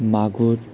मागुर